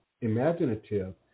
imaginative